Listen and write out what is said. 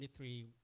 23